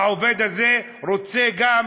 העובד הזה רוצה גם